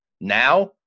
Now